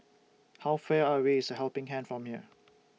How Far away IS The Helping Hand from here